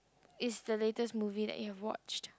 is the latest movie that you have watched